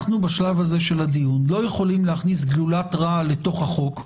בשלב הזה של הדיון אנחנו לא יכולים להכניס גלולת רעל אל תוך החוק,